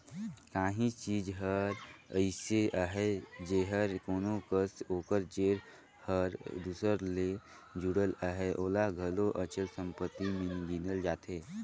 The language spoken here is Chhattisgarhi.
काहीं चीज हर अइसे अहे जेहर कोनो कस ओकर जेर हर दूसर ले जुड़ल अहे ओला घलो अचल संपत्ति में गिनल जाथे